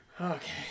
Okay